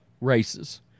races